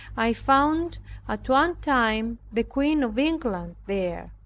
i found at one time the queen of england there.